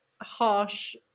harsh